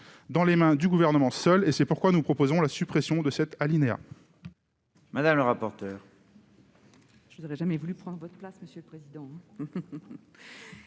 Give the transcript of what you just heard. dans les mains du seul Gouvernement ; c'est pourquoi nous proposons la suppression de cet alinéa.